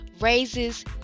raises